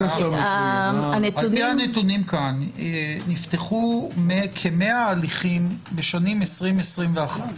לפי הנתונים כאן נפתחו כמאה הליכים בשנים 20', 21'